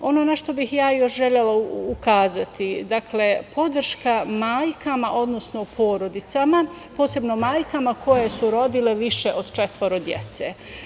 Ono na šta bih ja još želela ukazati, dakle, podrška majkama, odnosno porodicama, posebno majkama koje su rodile više od četvoro dece.